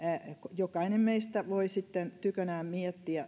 jokainen meistä voi sitten tykönään miettiä